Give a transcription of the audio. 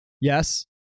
Yes